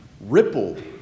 rippled